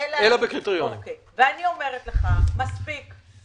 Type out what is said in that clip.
ואני אומרת לך, מספיק.